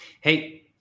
Hey